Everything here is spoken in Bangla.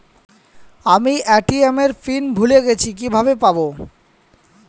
আমি এ.টি.এম এর পিন ভুলে গেছি কিভাবে পাবো?